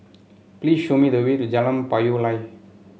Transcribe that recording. please show me the way to Jalan Payoh Lai